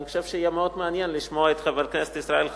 אבל אני חושב שיהיה מאוד מעניין לשמוע את חבר הכנסת ישראל,